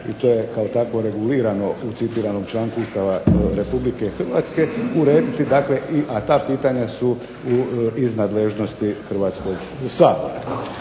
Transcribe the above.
i to je kao takvo regulirano u citiranom članku Ustava Republike Hrvatske, urediti dakle, a ta pitanja su iz nadležnosti Hrvatskoga sabora.